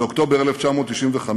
באוקטובר 1995,